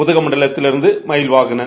உதகமண்டலத்திலிருந்து Mahilvahanan